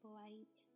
light